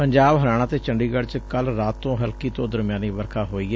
ਪੰਜਾਬ ਹਰਿਆਣਾ ਤੇ ਚੰਡੀਗੜ੍ ਚ ਕੱਲ੍ ਰਾਤ ਤੋ ਹਲਕੀ ਤੋ ਦਰਮਿਆਨੀ ਵਰਖਾ ਹੋਈ ਏ